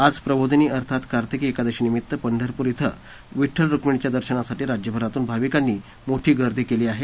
आज प्रबोधिनी अर्थात कार्तिकी एकादशीनिमित्त पंढरपूर श्वे विडुल रुक्मिणीच्या दर्शनासाठी राज्यभरातून भाविकांनी मोठी गर्दी केली आहे